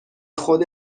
خود